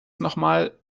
nochmal